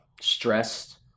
stressed